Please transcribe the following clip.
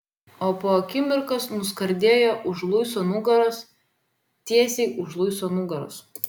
o po akimirkos nuskardėjo už luiso nugaros tiesiai už luiso nugaros